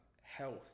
health